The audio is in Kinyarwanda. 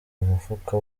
mufuka